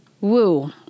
Woo